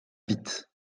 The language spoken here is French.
vite